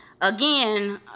Again